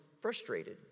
frustrated